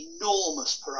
enormous